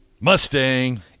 Mustang